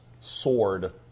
sword